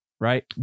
right